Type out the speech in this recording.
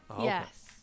Yes